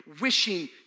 wishing